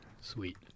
Sweet